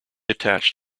attached